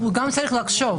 הוא צריך לחשוב.